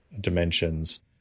dimensions